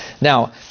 Now